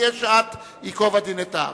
ויש שעת ייקוב הדין את ההר.